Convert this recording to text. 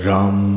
Ram